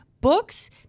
books